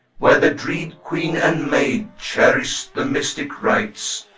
where the dread queen and maid cherish the mystic rites,